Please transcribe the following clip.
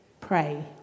Pray